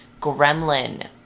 gremlin